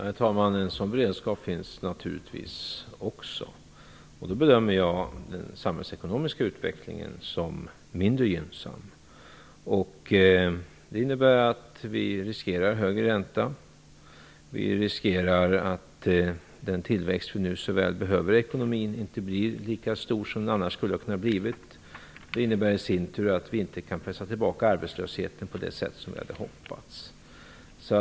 Herr talman! En sådan beredskap finns naturligtvis också, och då bedömer jag den samhällsekonomiska utvecklingen som mindre gynnsam. Det innebär att vi riskerar en hög ränta. Vi riskerar att den tillväxt som vi nu så väl behöver i ekonomin inte blir så stor som den annars skulle ha kunnat bli. Det i sin tur innebär att vi inte kan pressa tillbaka arbetslösheten på det sätt som vi hade hoppats.